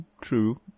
true